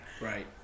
Right